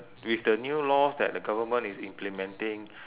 with the new laws that the government is implementing